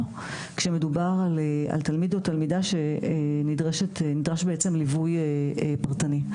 כשמדובר על תלמיד או תלמידה שנדרש בעצם ליווי פרטני.